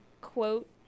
quote